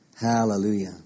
Hallelujah